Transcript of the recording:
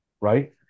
right